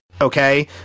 okay